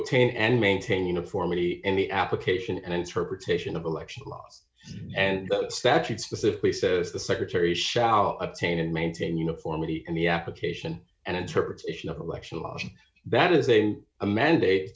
obtain and maintain uniformity in the application and interpretation of election laws and statutes specifically says the secretary shall obtain and maintain uniformity in the application and interpretation of election law bettas and a mandate